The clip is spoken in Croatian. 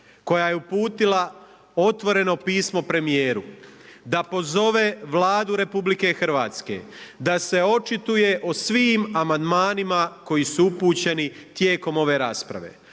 koja je uputila otvoreno pismo premijeru da pozove Vladu RH da se očituje o svim amandmanima koji su upućeni tijekom ove rasprave.